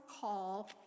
call